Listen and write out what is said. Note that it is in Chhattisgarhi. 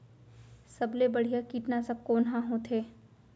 सबले बढ़िया कीटनाशक कोन ह होथे?